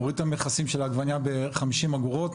הוריד את המכסים של העגבנייה ב-50 אגורות,